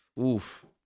Oof